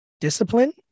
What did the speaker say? discipline